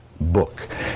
book